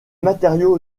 matériaux